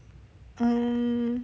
mm